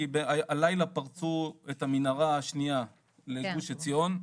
כי הלילה פרצו את המנהרה השנייה לגוש עציון.